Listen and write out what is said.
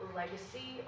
legacy